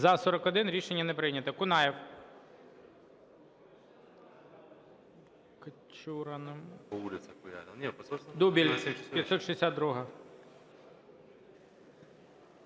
За-43 Рішення не прийнято.